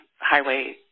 highway